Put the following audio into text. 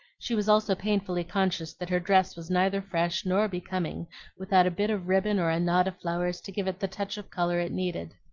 she was also painfully conscious that her dress was neither fresh nor becoming without a bit of ribbon or a knot of flowers to give it the touch of color it needed.